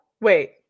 Wait